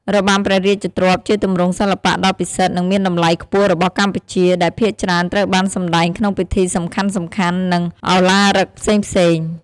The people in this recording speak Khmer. របាំព្រះរាជទ្រព្យជាទម្រង់សិល្បៈដ៏ពិសិដ្ឋ និងមានតម្លៃខ្ពស់របស់កម្ពុជា ដែលភាគច្រើនត្រូវបានសម្តែងក្នុងពិធីសំខាន់ៗ និងឧឡារិកផ្សេងៗ។